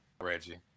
Reggie